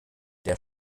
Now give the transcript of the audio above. der